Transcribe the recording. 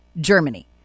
Germany